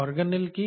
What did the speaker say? organelle কি